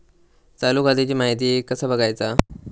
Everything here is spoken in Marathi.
चालू खात्याची माहिती कसा बगायचा?